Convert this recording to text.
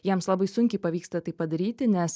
jiems labai sunkiai pavyksta tai padaryti nes